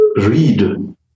read